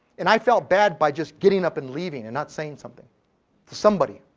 and i felt bad by just getting up and leaving and not saying something to somebody.